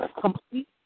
Complete